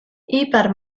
ipar